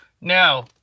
Now